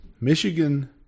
Michigan